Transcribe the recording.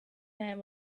man